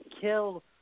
kill